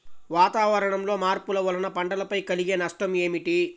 వాతావరణంలో మార్పుల వలన పంటలపై కలిగే నష్టం ఏమిటీ?